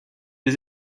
des